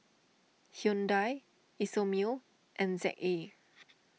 Hyundai Isomil and Z A